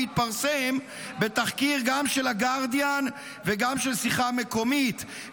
התפרסם גם בתחקיר של הגרדיאן וגם של שיחה מקומית,